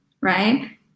right